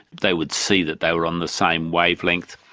they would see that they were on the same wavelength.